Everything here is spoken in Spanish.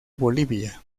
bolivia